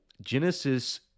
Genesis